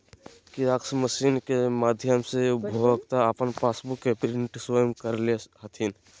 kiosk machine के माध्यम से उपभोक्ता अपन पासबुक के प्रिंटिंग स्वयं कर ले हथिन